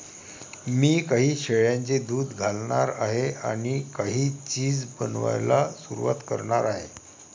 मी काही शेळ्यांचे दूध घालणार आहे आणि काही चीज बनवायला सुरुवात करणार आहे